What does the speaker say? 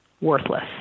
worthless